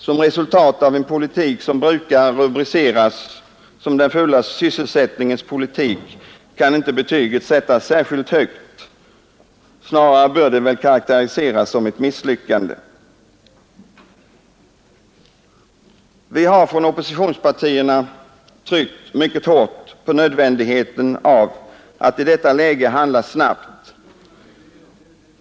Som resultat av en politik, som brukar rubriceras som den fulla sysselsättningens politik, kan inte betyget sättas särskilt högt — snarare bör det karakteriseras som ett misslyckande. Vi har från oppositionspartierna tryckt mycket hårt på nödvändigheten av att i detta läge handla snabbt.